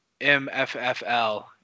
MFFL